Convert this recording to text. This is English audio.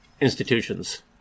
institutions